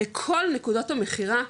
לכל נקודות המכירה,